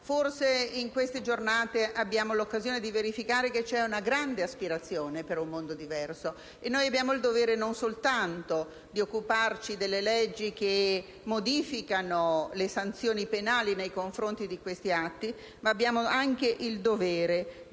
forse in giornate del genere abbiamo l'occasione di verificare che c'è una grande aspirazione a un mondo diverso, e noi abbiamo il dovere non soltanto di occuparci delle leggi che modificano le sanzioni penali nei confronti di questi atti, ma anche il dovere di